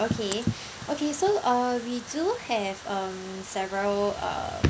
okay okay so uh we do have um several uh